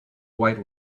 white